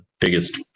biggest